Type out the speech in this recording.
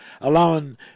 allowing